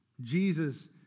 Jesus